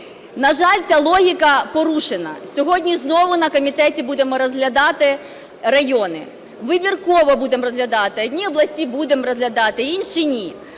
На жаль, ця логіка порушена. Сьогодні знову на комітеті будемо розглядати райони. Вибірково будемо розглядати: одні області будемо розглядати, інші – ні.